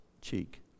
cheek